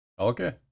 Okay